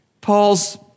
Paul's